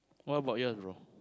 what about yours bro